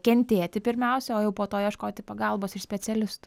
kentėti pirmiausia o jau po to ieškoti pagalbos iš specialistų